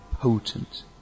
potent